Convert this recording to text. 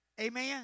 Amen